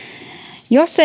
jos